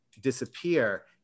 disappear